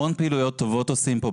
המון דברים טובים נעשים פה,